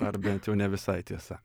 ar bent jau ne visai tiesa